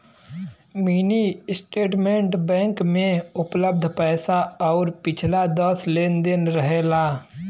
mini statement bank में उपलब्ध पैसा आउर पिछला दस लेन देन रहेला